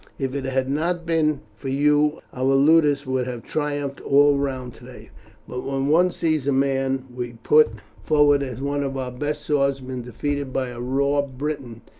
if it had not been for you our ludus would have triumphed all round today but when one sees a man we put forward as one of our best swordsmen defeated by a raw briton,